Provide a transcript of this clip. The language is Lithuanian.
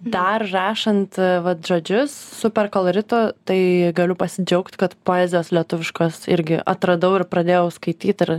dar rašant vat žodžius superkolorito tai galiu pasidžiaugt kad poezijos lietuviškos irgi atradau ir pradėjau skaityt ir